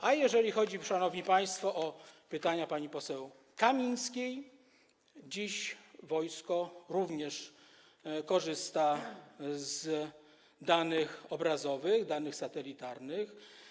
A jeżeli chodzi, szanowni państwo, o pytania pani poseł Kamińskiej, to dziś wojsko również korzysta z danych obrazowych, danych satelitarnych.